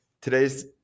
Today's